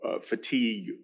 fatigue